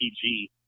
PG